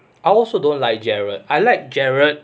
I also don't like gerald I like gerald